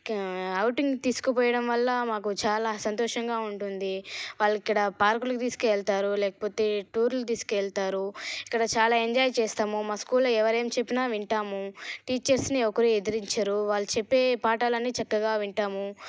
outing తీసుకు తీసుకుపోవడం వల్ల మాకు చాలా సంతోషంగా ఉంటుంది వాళ్ళిక్కడ పార్కులకి తీసుకో ఎల్తారు లేకపోతే టూర్లు తీసుకువెళ్తారు ఇక్కడ చాలా ఎంజాయ్ చేస్తాము మా స్కూల్లో ఎవరేం చెప్పినా వింటాము టీచర్స్ని ఒకరూ ఎదిరించరు వాళ్ళు చెప్పే పాఠాలన్నీ చక్కగా వింటాము